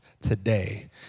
Today